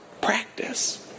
practice